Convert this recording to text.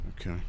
Okay